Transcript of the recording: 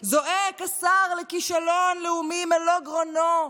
בפברואר זועק השר לכישלון לאומי מלוא גרונו: